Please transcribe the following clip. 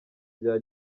bya